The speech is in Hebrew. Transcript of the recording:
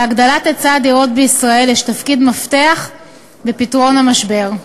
להגדלת היצע הדירות בישראל יש תפקיד מפתח בפתרון המשבר.